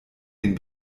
den